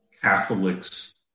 Catholics